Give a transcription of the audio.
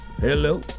Hello